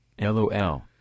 LOL